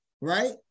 Right